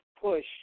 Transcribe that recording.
push